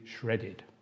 shredded